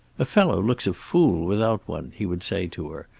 a fellow looks a fool without one, he would say to her.